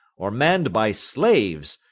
or manned by slaves,